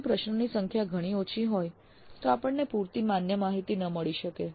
જો પ્રશ્નોની સંખ્યા ઘણી ઓછી હોય તો આપણને પૂરતી માન્ય માહિતી ન મળી શકે